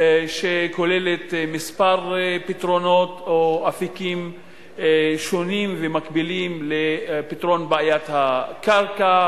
שכוללת כמה פתרונות או אפיקים שונים ומקבילים לפתרון בעיית הקרקע,